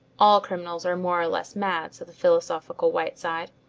all criminals are more or less mad, said the philosophical whiteside.